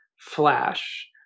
flash